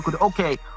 okay